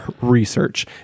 research